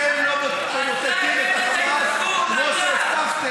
אתם לא ממוטטים את החמאס כמו שהבטחתם.